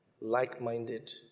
like-minded